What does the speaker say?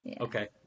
Okay